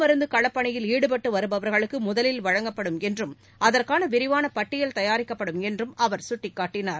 மருந்துகளப் பணியில் ஈடுப்பட்டுவருபவர்களுக்குமுதலில் வழங்கப்படும் தடுப்பு என்றும் அதற்கானவிரிவானபட்டியல் தயாரிக்கப்படும் என்றம்அவர் சுட்டிக்காட்டினார்